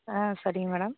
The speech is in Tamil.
ஆ சரிங்க மேடம்